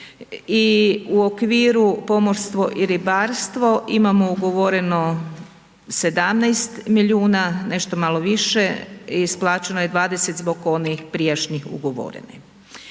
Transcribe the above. u okviru pomorstvo i ribarstvo imamo ugovoreno 17 milijuna, nešto malo više, isplaćeno je 20 zbog onih prijašnjih ugovorenih.